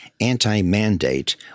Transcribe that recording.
anti-mandate